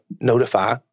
notify